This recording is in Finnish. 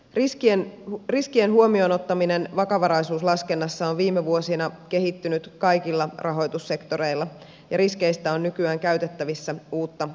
riskien huomioon ottaminen vakavaraisuuslaskennassa on viime vuosina kehittynyt kaikilla rahoitussektoreilla ja riskeistä on nykyään käytettävissä uutta tietoa